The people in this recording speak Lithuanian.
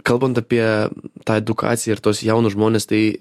kalbant apie tą edukaciją ir tuos jaunus žmones tai